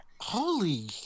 holy